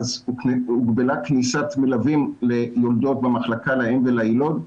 הוגבלה כניסת מלווים ליולדות במחלקה לאם ולילוד.